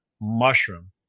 mushroom